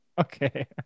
Okay